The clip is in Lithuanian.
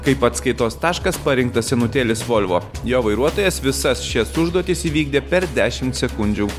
kaip atskaitos taškas parinktas senutėlis volvo jo vairuotojas visas šias užduotis įvykdė per dešimt sekundžių